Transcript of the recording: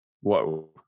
whoa